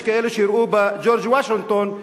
יש כאלה שיראו בג'ורג' וושינגטון,